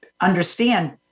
understand